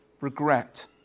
regret